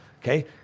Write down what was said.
Okay